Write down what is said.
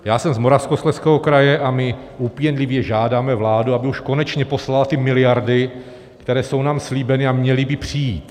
Já jsem z Moravskoslezského kraje a my úpěnlivě žádáme vládu, aby už konečně poslala ty miliardy, které jsou nám slíbeny a měly by přijít.